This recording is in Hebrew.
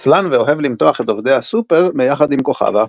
עצלן ואוהב למתוח את עובדי הסופר ביחד עם כוכבה.